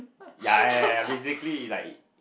ya ya ya ya basically like